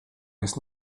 jest